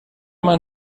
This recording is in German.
man